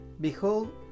Behold